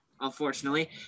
unfortunately